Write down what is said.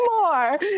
more